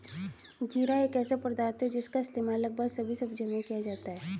जीरा एक ऐसा पदार्थ है जिसका इस्तेमाल लगभग सभी सब्जियों में किया जाता है